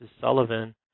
Sullivan